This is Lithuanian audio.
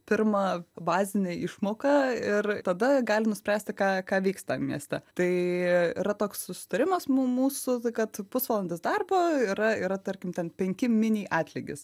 pirmą bazinę išmoką ir tada gali nuspręsti ką ką veiks tam mieste tai yra toks susitarimas mu mūsų kad pusvalandis darbo yra yra tarkim ten penki mini atlygis